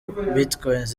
bitcoins